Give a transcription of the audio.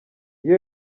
iyo